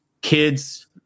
kids